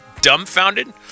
dumbfounded